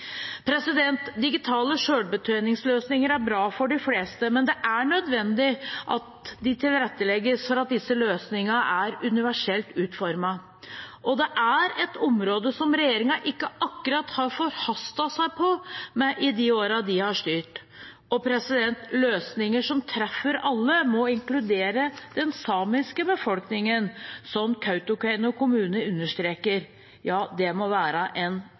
Digitale selvbetjeningsløsninger er bra for de fleste, men det er nødvendig at de tilrettelegges sånn at disse løsningene er universelt utformet. Det er et område regjeringen ikke akkurat har forhastet seg på i de årene de har styrt. Løsninger som treffer alle, må inkludere den samiske befolkningen, som Kautokeino kommune understreker. Det må være en